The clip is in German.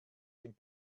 den